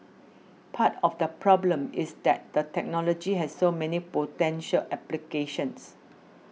part of the problem is that the technology has so many potential applications